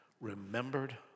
remembered